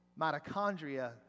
mitochondria